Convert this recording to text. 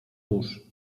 nóż